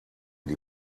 die